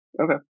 Okay